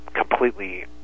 completely